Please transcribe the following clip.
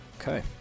Okay